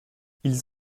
ils